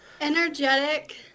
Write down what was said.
Energetic